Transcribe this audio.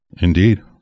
indeed